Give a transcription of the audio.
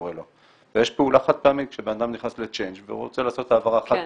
ויש פעולה חד משמעית,